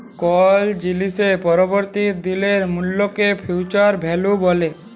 call জিলিসের পরবর্তী দিলের মূল্যকে ফিউচার ভ্যালু ব্যলে